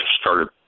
started